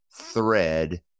thread